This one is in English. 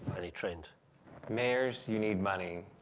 any trend mayors you need money.